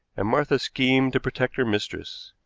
and martha schemed to protect her mistress.